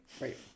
Right